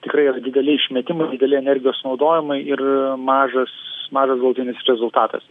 tikrai yra dideli išmetimai dideli energijos sunaudojamai ir mažas mažas galutinis rezultatas